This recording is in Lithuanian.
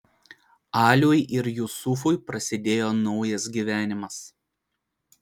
aliui ir jusufui prasidėjo naujas gyvenimas